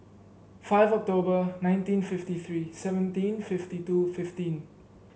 five October nineteen fifty three seventeen fifty two fifteen